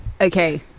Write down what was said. Okay